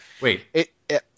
Wait